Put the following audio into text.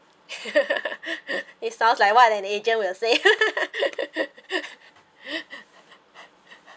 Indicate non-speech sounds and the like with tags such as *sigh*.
*laughs* it sounds like what an agent will say *laughs*